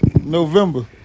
November